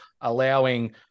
allowing